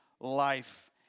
life